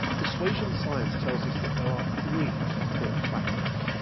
persuasion science tells us that there are three important factors.